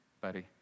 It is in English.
buddy